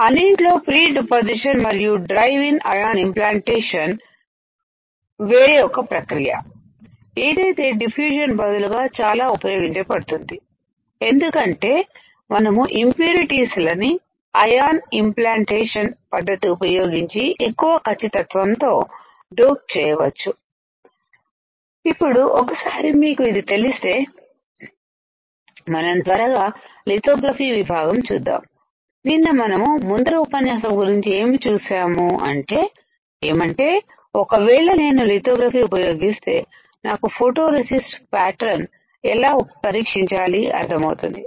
అన్నింట్లో pre deposition మరియు drive in ion implantation వేరే ఒక ప్రక్రియ ఏదైతే డిఫ్యూషన్ బదులుగా చాలా ఉపయోగించబడుతుంది ఎందుకంటే మనము ఇంప్యూరిటీస్ లని ఐ యాన్ ఇన్ ప్లాంటేషన్పద్ధతి ఉపయోగించి ఎక్కువ ఖచ్చితత్వం తో డోపు చేయవచ్చు ఇప్పుడు ఒకసారి మీకు ఇది తెలిస్తే మనం త్వరగా లితోగ్రఫీ విభాగం చూద్దాం నిన్న మనము ముందర ఉపన్యాసం గురించి ఏమి చూశాము అంటే ఏమంటే ఒకవేళ నేను లితోగ్రఫీ lithographyఉపయోగిస్తే నాకు ఫోటోరెసిస్ట్ ప్యాటర్న్ ఎలా పరీక్షించాలి అర్థమవుతుంది